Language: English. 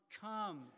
come